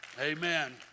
Amen